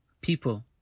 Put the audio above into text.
people